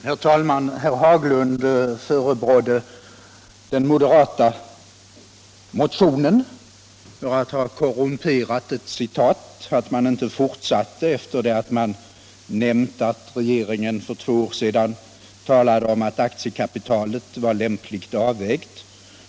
Herr talman! Herr Haglund förebrådde de moderata motionärerna för att ha korrumperat ett citat genom att inte fortsätta i texten efter det att man nämnt att regeringen för två år sedan talade om att aktiekapitalet var lämpligt avvägt.